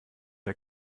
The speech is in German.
der